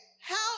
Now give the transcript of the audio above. Help